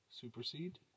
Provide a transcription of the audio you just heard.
supersede